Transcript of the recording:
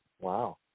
Wow